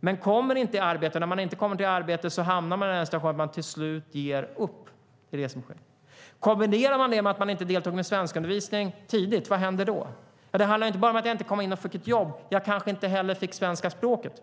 men får inget arbete. När man inte får något arbete hamnar man i en situation där man till slut ger upp. Om detta är kombinerat med att de inte deltog i svenskundervisning tidigt, vad händer då? Det handlar inte bara om att de inte fick något jobb. De kanske inte heller fick svenska språket.